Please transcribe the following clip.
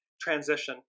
transition